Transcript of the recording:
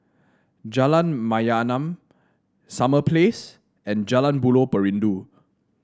Jalan Mayaanam Summer Place and Jalan Buloh Perindu